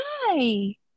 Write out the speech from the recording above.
Hi